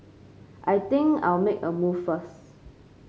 I think I'll make a move first